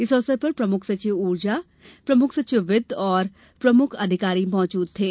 इस अवसर पर प्रमुख सचिव ऊर्जा प्रमुख सचिव वित्त और प्रमुख जनजातीय मौजूद थे